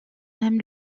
même